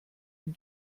ihm